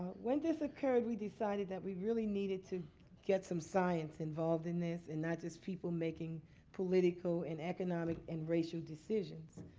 when this occurred, we decided that we really needed to get some science involved in this and not just people making political and economic and racial decisions.